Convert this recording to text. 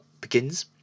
begins